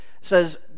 says